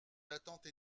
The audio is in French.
l’attente